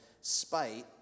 spite